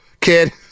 Kid